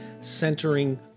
centering